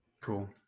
cool